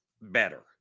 better